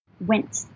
went